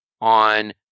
on